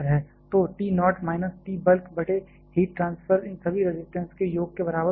तो T naught minus T bulk बटे heat transfer इन सभी रजिस्टेंजेस के योग के बराबर होना चाहिए